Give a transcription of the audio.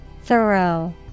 Thorough